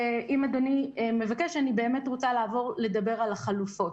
אם אדוני מבקש אני באמת רוצה לעבור לדבר על החלופות.